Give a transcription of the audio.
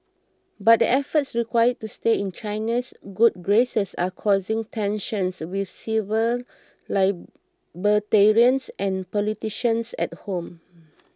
but the efforts required to stay in China's good graces are causing tensions with civil libertarians and politicians at home